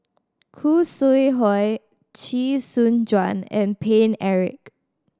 Khoo Sui Hoe Chee Soon Juan and Paine Eric